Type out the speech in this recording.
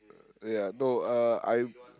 ya no uh I'm